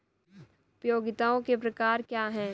उपयोगिताओं के प्रकार क्या हैं?